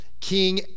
King